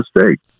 State